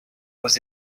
aux